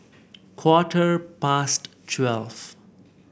quarter past twelve